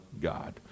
God